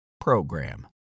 program